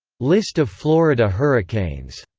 list of florida hurricanes